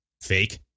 fake